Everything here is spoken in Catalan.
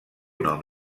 nom